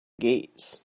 gates